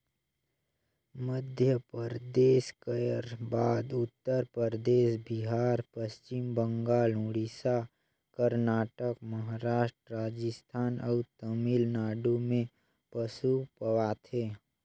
मध्यपरदेस कर बाद उत्तर परदेस, बिहार, पच्छिम बंगाल, उड़ीसा, करनाटक, महारास्ट, राजिस्थान अउ तमिलनाडु में पसु पवाथे